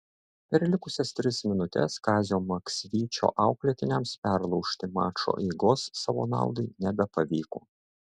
per likusias tris minutes kazio maksvyčio auklėtiniams perlaužti mačo eigos savo naudai nebepavyko